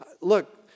look